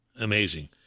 Amazing